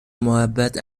محبت